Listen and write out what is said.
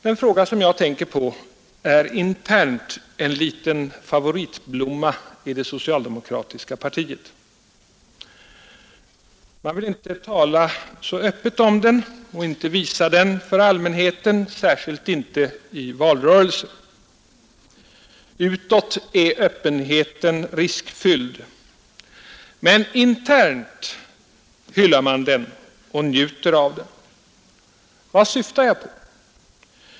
Den fråga jag tänker på är internt en liten favoritblomma i det socialdemokratiska partiet. Dock vill man inte tala så öppet om den, inte visa den för allmänheten, särskilt inte i valrörelser. Utåt är öppenheten för riskfylld. Men internt hyllar man den och njuter av den. Vad syftar jag på?